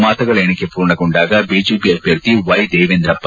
ಮತಗಳ ಎಣಿಕೆ ಪೂರ್ಣಗೊಂಡಾಗ ಬಿಜೆಪಿ ಅಭ್ಯರ್ಥಿ ವೈ ದೇವೇಂದ್ರಪ್ಪ